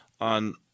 on